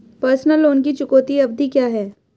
Personal loan की चुकौती अवधि क्या है?